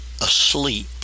asleep